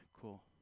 cool